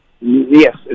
Yes